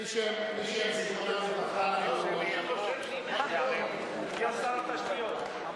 מי שהם זיכרונם לברכה, הגיע שר התשתיות.